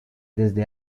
desde